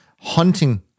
hunting